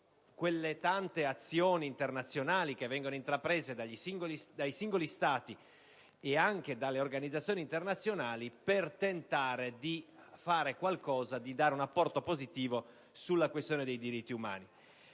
quelle tante azioni internazionali che vengono intraprese dai singoli Stati, e anche dalle organizzazioni internazionali, per tentare di fare qualcosa e di dare un apporto positivo sulla questione dei diritti umani.